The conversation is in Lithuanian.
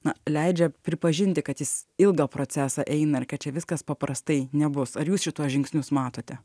na leidžia pripažinti kad jis ilgą procesą eina ir kad čia viskas paprastai nebus ar jūs šituos žingsnius matote